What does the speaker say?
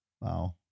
Wow